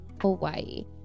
hawaii